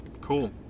Cool